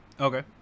Okay